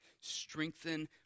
strengthen